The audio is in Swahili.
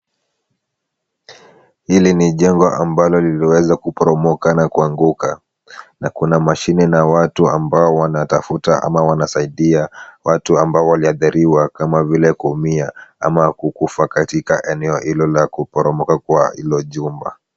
Hili ni jengo ambalo lililoweza kuporomoka na kuanguka na kuna mashini na watu ambao wanatafuta ama wanasaidia watu ambao waliathiriwa kama vile kuumia ama kukufa katika eneo hilo la kuporomoka kwa hilo jumba.